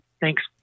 Thanks